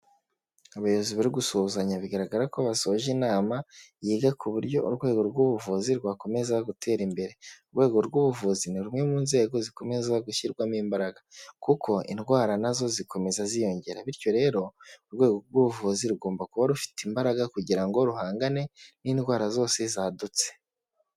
Abayobozi bari gusuhuzanya bigaragara ko basoje inama, yiga ku buryo urwego rw'ubuvuzi rwakomeza gutera imbere. Urwego rw'ubuvuzi ni rumwe mu nzego zikomeza gushyirwamo imbaraga, kuko indwara nazo zikomeza ziyongera, bityo rero urwego rw'ubuvuzi rugomba kuba rufite imbaraga kugira ngo ruhangane n'indwara zose zadutse.